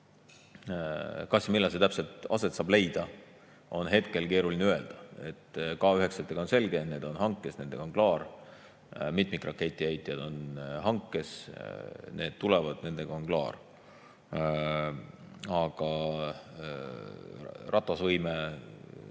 siis millal see täpselt aset saab leida, on hetkel keeruline öelda. K9-tega on selge, need on hankes, nendega on klaar. Mitmikraketiheitjad on hankes, need tulevad, nendega on klaar. Aga ratasvõimet